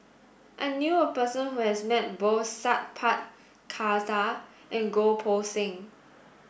I knew a person who has met both Sat Pal Khattar and Goh Poh Seng